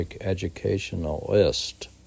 educationalist